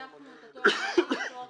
פתחנו את זה לתואר כללי,